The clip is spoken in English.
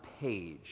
page